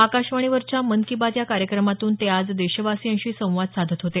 आकाशवाणीवरच्या मन की बात या कार्यक्रमातून ते आज देशवासीयांशी संवाद साधत होते